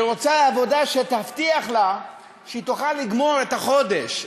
היא רוצה עבודה שתבטיח לה שהיא תוכל לגמור את החודש.